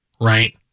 right